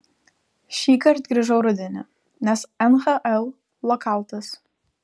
šįkart grįžau rudenį nes nhl lokautas